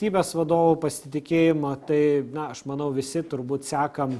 valstybės vadovų pasitikėjimą tai na aš manau visi turbūt sekam